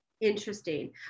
Interesting